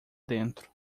dentro